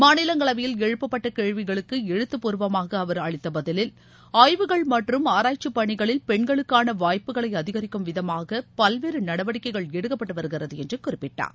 மாநிலங்களவையில் எழுப்பப்பட்ட கேள்விகளுக்கு எழுத்தப்பூர்வமாக அவர் அளித்த பதிலில் ஆய்வுகள் மற்றும் ஆராய்ச்சிப் பணிகளில் பெண்களுக்கான வாய்ப்புகளை அதிகரிக்கும் விதமாக பல்வேறு நடவடிக்கைகள் எடுக்கப்பட்டு வருகிறது என்று குறிப்பிட்டார்